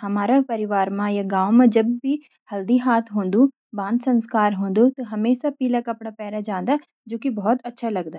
हमारा परिवार या गांव मां जब भी हल्दी हाथ होंदु या बांध संस्कार होंदू त हमेशा पीला कपड़ा पेरी जांदा जु बहुत अच्छा लगदा।